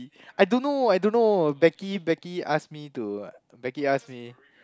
I don't know I don't know Becky Becky ask me to Becky ask me